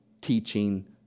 teaching